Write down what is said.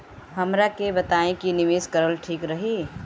हमरा के बताई की निवेश करल ठीक रही?